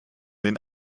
den